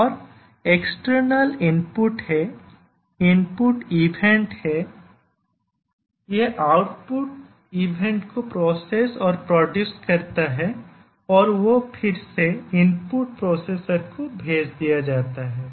और external input हैं input event हैं यह आउटपुट इवेंट को प्रोसेस और प्रोड्यूस करता है और वह फिर से इनपुट प्रोसेसर को भेज दिया जाता है